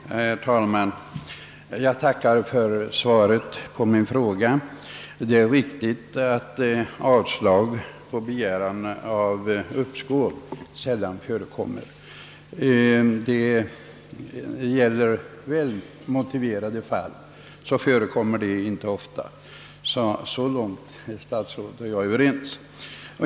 Herr talman! Jag ber att få tacka statsrådet för svaret på min fråga. Det är riktigt att ansökan om anstånd med fullgörande av repetitionsövning sällan avslås när det gäller väl motiverade fall. Så långt är statsrådet och jag överens.